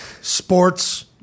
Sports